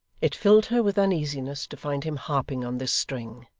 it filled her with uneasiness to find him harping on this string,